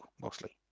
mostly